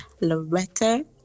Loretta